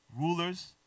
rulers